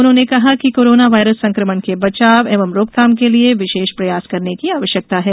उन्होंने कहा कि कोरोना वायरस संक्रमण के बचाव एवं रोकथाम के लिये विशेष प्रयास करने की आवश्यकता है